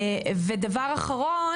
ודבר אחרון,